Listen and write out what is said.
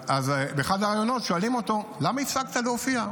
באחד הראיונות שואלים אותו: למה הפסקת להופיע?